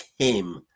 came